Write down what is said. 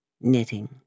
knitting